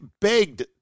begged